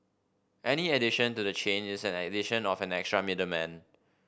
any addition to the chain is an addition of an extra middleman